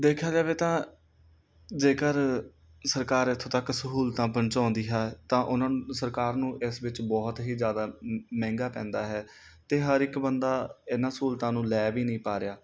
ਦੇਖਿਆ ਜਾਵੇ ਤਾਂ ਜੇਕਰ ਸਰਕਾਰ ਇੱਥੋਂ ਤੱਕ ਸਹੂਲਤਾਂ ਪਹੁੰਚਾਉਂਦੀ ਹੈ ਤਾਂ ਉਹਨਾਂ ਨੂੰ ਸਰਕਾਰ ਨੂੰ ਇਸ ਵਿੱਚ ਬਹੁਤ ਹੀ ਜ਼ਿਆਦਾ ਮ ਮਹਿੰਗਾ ਪੈਂਦਾ ਹੈ ਅਤੇ ਹਰ ਇੱਕ ਬੰਦਾ ਇਹਨਾਂ ਸਹੂਲਤਾਂ ਨੂੰ ਲੈ ਵੀ ਨਹੀਂ ਪਾ ਰਿਹਾ